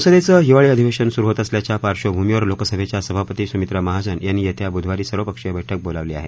संसदेचं हिवाळी अधिवेशन सुरु होत असल्याच्या पार्श्वभूमीवर लोकसभेच्या सभापती सुमित्रा महाजन यांनी येत्या बुधवारी सर्वपक्षीय बैठक बोलावली आहे